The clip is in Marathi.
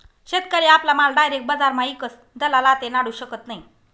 शेतकरी आपला माल डायरेक बजारमा ईकस दलाल आते नाडू शकत नै